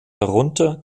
herunter